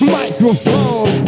microphone